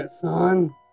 son